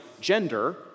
gender